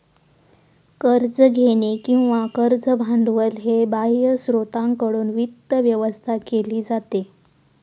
कर्ज घेणे किंवा कर्ज भांडवल हे बाह्य स्त्रोतांकडून वित्त व्यवस्था केली जाते